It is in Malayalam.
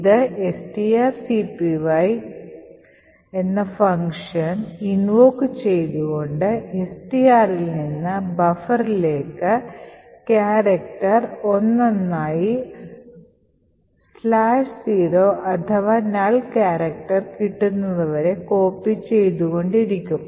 ഇത് strcpy ഫംഗ്ഷൻ invoke ചെയ്തുകൊണ്ട് STR ൽ നിന്ന് ബഫറിലേക്ക് ക്യാരക്ടർ ഒന്നൊന്നായി '0' അഥവാ null character കിട്ടുന്നതു വരെ കോപ്പി ചെയ്തു കൊണ്ടിരിക്കും